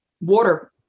water